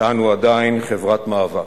שאנו עדיין חברת מאבק.